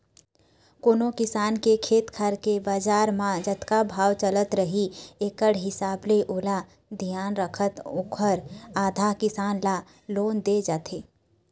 कोनो किसान के खेत खार के बजार म जतका भाव चलत रही एकड़ हिसाब ले ओला धियान रखत ओखर आधा, किसान ल लोन दे जाथे